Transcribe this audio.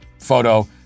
photo